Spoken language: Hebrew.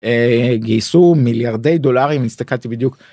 גייסו מיליארדי דולרים הסתכלתי בדיוק.